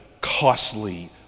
costly